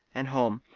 and home.